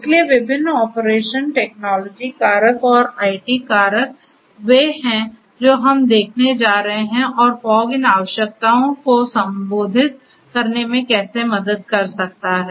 इसलिए विभिन्न operation technology कारक और आईटी कारक वे हैं जो हम देखने जा रहे हैं और फॉग इन आवश्यकताओं को संबोधित करने में कैसे मदद कर सकता है